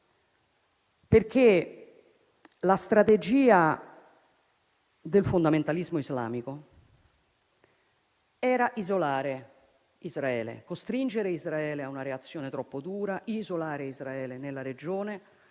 perché la strategia del fondamentalismo islamico era quella di costringere Israele a una reazione troppo dura e isolarlo nella regione